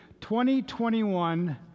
2021